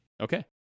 Okay